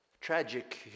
Tragic